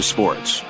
Sports